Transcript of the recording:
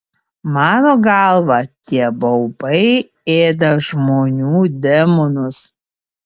mano galva tie baubai ėda žmonių demonus